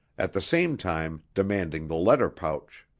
at the same time demanding the letter pouch.